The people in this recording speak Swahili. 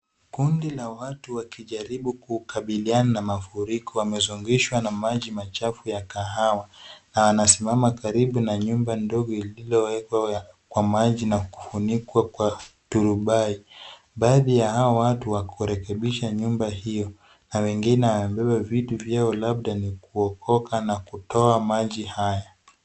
Kundi la watu wakijaribu kukabiliana na mafuriko. Wamezungishwa na maji machafu ya kahawa na wanasimama karibu na nyumba ndogo lililowekwa kwa maji na kufunikwa kwa turubai. Baadhi ya hawa watu wanarekebisha nyumba hiyo na wengine wamebeba vitu vyao labda ni kuokoka na kutoa maji haya.